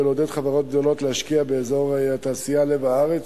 לעודד חברות גדולות להשקיע באזור התעשייה "לב הארץ",